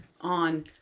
on